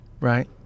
Right